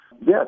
yes